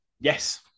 Yes